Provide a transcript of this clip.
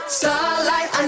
starlight